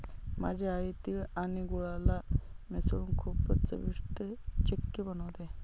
माझी आई तिळ आणि गुळाला मिसळून खूपच चविष्ट चिक्की बनवते